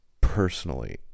personally